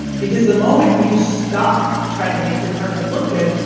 because the moment you stop trying to make your partner look good,